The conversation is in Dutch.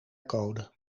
code